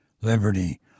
liberty